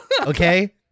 Okay